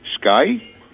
Sky